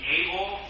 able